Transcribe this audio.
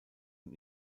und